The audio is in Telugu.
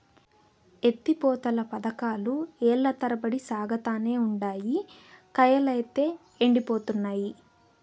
ఎత్తి పోతల పదకాలు ఏల్ల తరబడి సాగతానే ఉండాయి, కయ్యలైతే యెండిపోతున్నయి